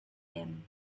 him